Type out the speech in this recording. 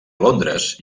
londres